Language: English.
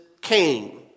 came